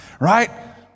right